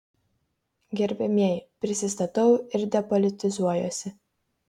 gerbiamieji prisistatau ir depolitizuojuosi